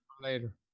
later